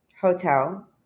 hotel